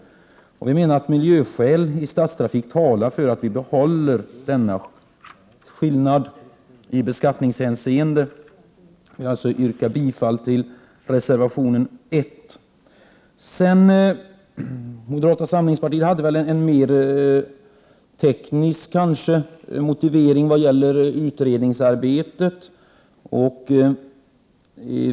Vi anser att miljöskälen i stadstrafiken talar för att vi behåller denna skillnad i beskattningshänseende, och jag yrkar därför bifall till reservation 1. Moderata samlingspartiet har kanske en mer teknisk motivering när det gäller utredningsarbetet.